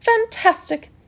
Fantastic